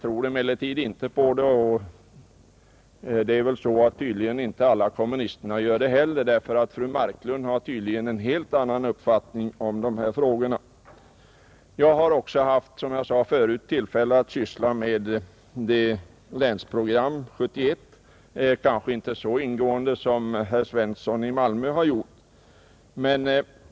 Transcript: Men den tror jag inte på — och det gör tydligen inte lla kommunister heller. Fru Marklund tycks t.ex. ha en helt annan uppfattning i dessa frågor. Som jag sade förut har också jag, om än kanske inte lika ingående som herr Svensson i Malmö, haft tillfälle att syssla med Länsprogram 1971.